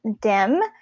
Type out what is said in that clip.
DIM